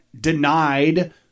denied